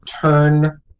turn